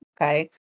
okay